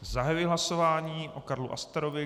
Zahajuji hlasování o Karlu Asterovi.